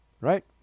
Right